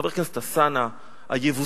חבר הכנסת אלסאנע היבוסי.